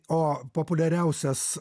o populiariausias